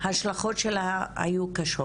ההשלכות שלה היו קשות.